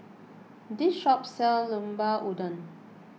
this shop sell Llemper Udang